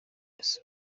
ese